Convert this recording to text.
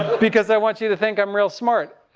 because i want you to think i'm real smart.